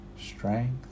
strength